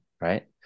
right